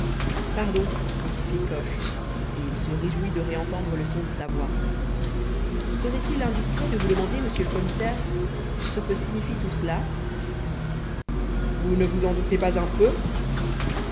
pardon fit coche et il se réjouit de réentendre le son de sa voix serait-il indiscret de vous demander monsieur le commissaire ce que signifie tout cela vous ne vous en doutez pas un peu